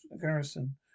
garrison